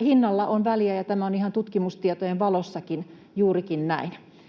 hinnalla on kyllä väliä, ja tämä on ihan tutkimustietojen valossakin juurikin näin.